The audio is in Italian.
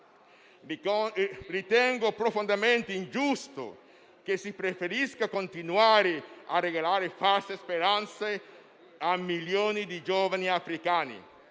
Ritengo profondamente ingiusto che si preferisca continuare a regalare false speranze a milioni di giovani africani,